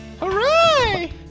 Hooray